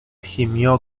gimió